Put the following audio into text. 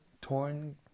torn